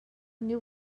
new